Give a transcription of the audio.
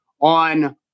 on